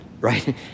right